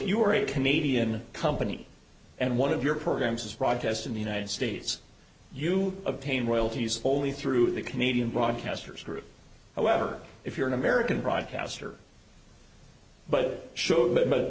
are a comedian company and one of your programs is broadcast in the united states you obtain royalties only through the canadian broadcasters through however if you're an american broadcaster but show th